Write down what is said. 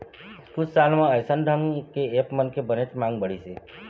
कुछ साल म अइसन ढंग के ऐप मन के बनेच मांग बढ़िस हे